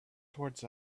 towards